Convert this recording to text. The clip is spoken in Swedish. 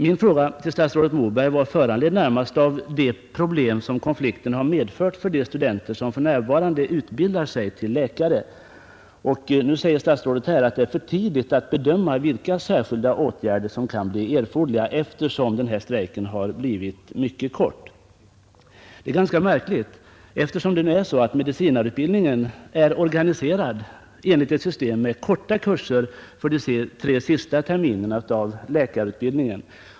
Min fråga till statsrådet Moberg var föranledd närmast av det problem som konflikten medför för de studenter som för närvarande utbildar sig till läkare. Statsrådet säger att det är för tidigt att bedöma vilka särskilda åtgärder som kan bli erforderliga, eftersom strejken varit mycket kort. Det är ganska märkligt, eftersom medicinarutbildningen är organiserad enligt ett system med korta kurser under de tre sista terminerna av läkarutbildningen.